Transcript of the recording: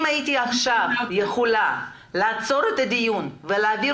אם הייתי עכשיו יכולה לעצור את הדיון ולהעביר